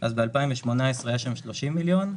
ב-2018 היו שם 30 מיליון,